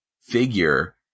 figure